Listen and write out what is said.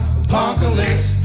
apocalypse